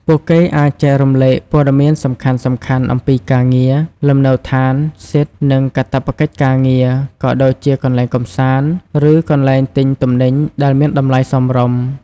ពួកគេអាចចែករំលែកព័ត៌មានសំខាន់ៗអំពី ការងារ លំនៅឋាន សិទ្ធិ និងកាតព្វកិច្ចការងារ ក៏ដូចជាកន្លែងកម្សាន្ត ឬកន្លែងទិញទំនិញដែលមានតម្លៃសមរម្យ ។